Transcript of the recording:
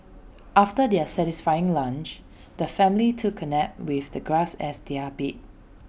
after their satisfying lunch the family took A nap with the grass as their bed